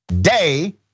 Day